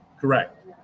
Correct